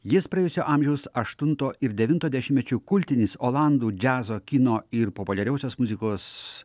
jis praėjusio amžiaus aštunto ir devinto dešimtmečių kultinis olandų džiazo kino ir populiariosios muzikos